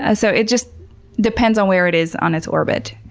ah so it just depends on where it is on its orbit.